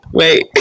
wait